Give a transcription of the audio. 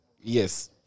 Yes